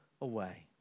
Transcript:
away